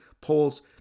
polls